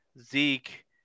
Zeke